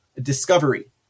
discovery